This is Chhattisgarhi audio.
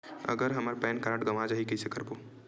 अगर हमर पैन कारड गवां जाही कइसे करबो?